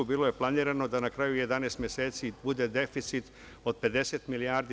Bilo je planirano da na kraju 11 meseci bude deficit od 50 milijardi.